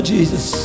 Jesus